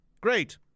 Great